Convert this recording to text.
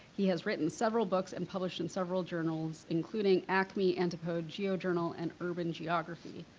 he has written several books and published in several journals including acme antipode, geo journal and urban geography.